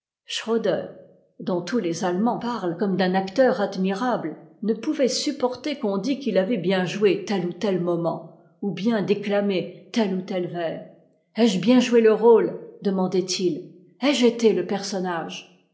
schroeder dont tous les allemands parlent commed'un acteur admirable ne pouvait supporter qu'on dît qu'il avait bien joué tel ou tel moment ou bien déclamé tel ou tel vers ai-je bien joué le rôle demandait-il ai-je été le personnage